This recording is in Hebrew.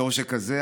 בתור שכזה,